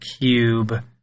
Cube